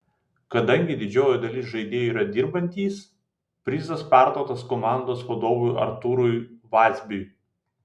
kadangi didžioji dalis žaidėjų yra dirbantys prizas perduotas komandos vadovui artūrui vazbiui